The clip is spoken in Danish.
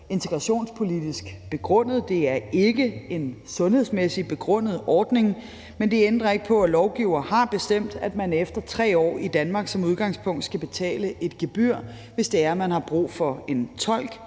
integrationspolitisk begrundet. Det er ikke en sundhedsmæssigt begrundet ordning, men det ændrer ikke på, at lovgivere har bestemt, at man efter 3 år i Danmark som udgangspunkt skal betale et gebyr, hvis man har brug for en tolk.